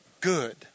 good